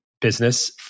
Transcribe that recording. business